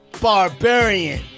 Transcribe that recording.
barbarian